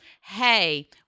Hey